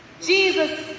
Jesus